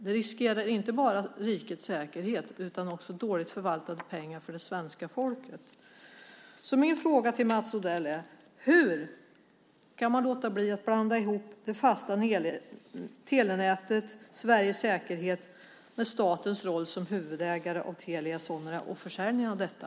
Det är inte bara risk för rikets säkerhet utan också för dålig förvaltning av det svenska folkets pengar. Min fråga till Mats Odell är: Hur kan man låta bli att blanda in det fasta telenätet och Sveriges säkerhet i statens roll som huvudägare av Telia Sonera och försäljningen av detta?